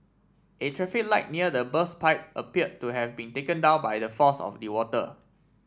a traffic light near the burst pipe appeared to have been taken down by the force of the water